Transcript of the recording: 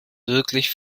wirklich